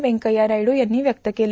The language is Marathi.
व्यंकथ्या नायड्र यांनी व्यक्त केलं